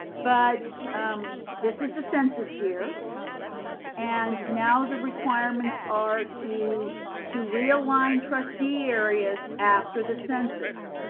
but this is the census year and now the requirements are to to realign trustee areas after the census.